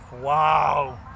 Wow